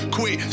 Quit